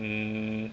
mm